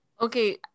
Okay